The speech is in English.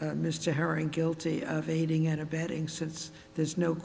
this to her and guilty of aiding and abetting since there's no